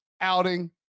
outing